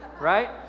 right